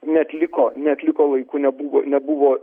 neatliko neatliko laiku nebuvo nebuvo